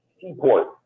seaport